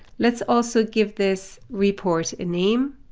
let's also give this report a name.